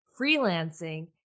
freelancing